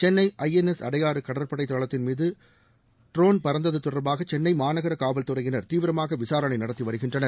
Chennai INS Adyar கடற்படை தளத்தின்மீது drone பறந்தது தொடர்பாக சென்னை மாநகர காவல்துறையினர் தீவிரமாக விசாரணை நடத்தி வருகின்றனர்